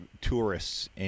tourists